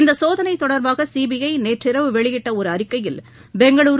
இந்த சோதனை தொடர்பாக சிபிஐ நேற்றிரவு வெளியிட்ட ஒரு அறிக்கையில் பெங்களூரு